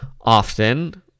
Often